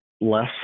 less